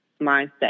mindset